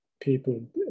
people